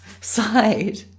side